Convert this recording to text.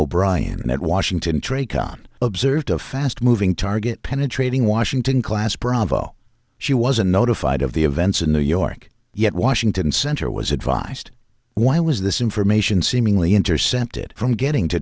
o'brien met washington tray conn observed a fast moving target penetrating washington class bravo she wasn't notified of the events in new york yet washington center was advised why was this information seemingly intercepted from getting to